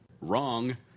wrong